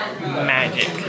Magic